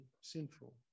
sinful